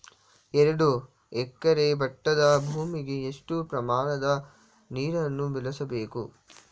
ಎರಡು ಎಕರೆ ಭತ್ತದ ಭೂಮಿಗೆ ಎಷ್ಟು ಪ್ರಮಾಣದ ನೀರನ್ನು ಬಳಸಬೇಕು?